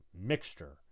mixture